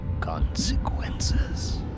consequences